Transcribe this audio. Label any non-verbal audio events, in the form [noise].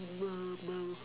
[noise]